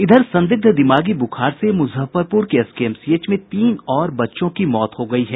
इधर संदिग्ध दिमागी बुखार से मुजफ्फरपुर के एसकेएमसीएच में तीन और बच्चों की मौत हो गयी है